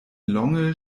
longe